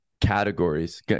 categories